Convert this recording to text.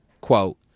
Quote